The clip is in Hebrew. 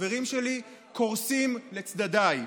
חברים שלי קורסים לצדדיי.